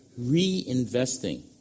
reinvesting